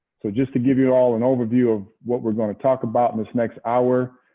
so just to give you all an overview of what we're going to talk about in this next hour,